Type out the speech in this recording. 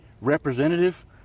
representative